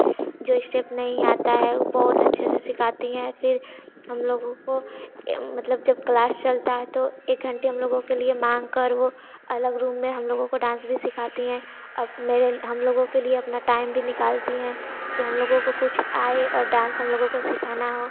जो इश्टेप नहीं आता है बहुत अच्छे से सिखाती हैं फिर हम लोगों को मतलब जब क्लास चलता है तो एक घंटे हम लोगों के लिए मांग कर वह अलग रूम में हम लोगों को डांस भी सिखाती हैं मेरे हम लोगों के लिए अपना टाइम भी निकलती है कि हम लोगों को कुछ आए और डांस हम लोगों को सीखना हो